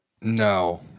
No